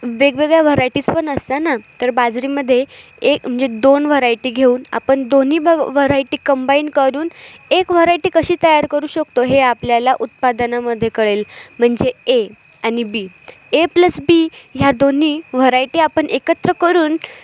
वेगवेगळ्या व्हरायटीज पण असतं ना तर बाजरीमध्ये एक म्हणजे दोन व्हरायटी घेऊन आपण दोन्ही ब व्हरायटी कंबाईन करून एक व्हरायटी कशी तयार करू शकतो हे आपल्याला उत्पादनामध्ये कळेल म्हणजे ए आणि बी ए प्लस बी ह्या दोन्ही व्हरायटी आपण एकत्र करून